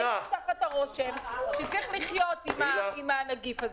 היינו תחת הרושם שצריך לחיות עם הנגיף הזה.